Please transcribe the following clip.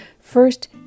First